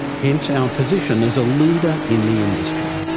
hence our position as a leader in the industry.